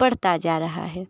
बढ़ता जा रहा है